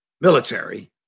military